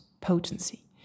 potency